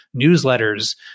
newsletters